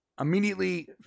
immediately